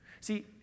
See